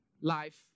life